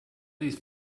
these